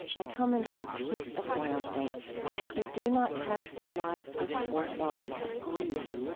i come into the peace of wild things who do not tax their lives with forethought of grief.